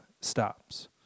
stops